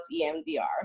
EMDR